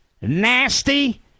nasty